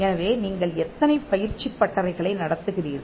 எனவே நீங்கள் எத்தனை பயிற்சிப் பட்டறைகளை நடத்துகிறீர்கள்